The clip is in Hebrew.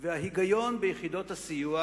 וההיגיון ביחידות הסיוע,